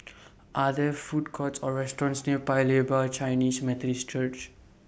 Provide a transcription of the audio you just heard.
Are There Food Courts Or restaurants near Paya Lebar Chinese Methodist Church